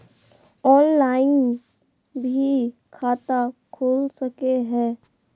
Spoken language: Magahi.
ऑनलाइन भी खाता खूल सके हय?